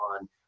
on